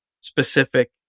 specific